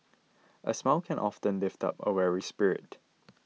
a smile can often lift up a weary spirit